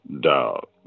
Dog